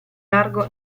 largo